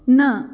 न